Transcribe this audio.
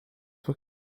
were